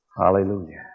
Hallelujah